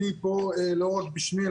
אני פה לא רק בשמי,